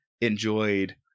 enjoyed